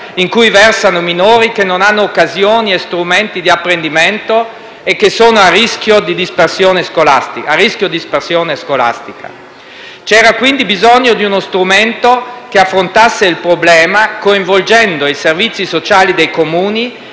in cui versano minori che non hanno occasioni e strumenti di apprendimento e che sono a rischio dispersione scolastica. C'era quindi bisogno di uno strumento che affrontasse il problema coinvolgendo i servizi sociali dei Comuni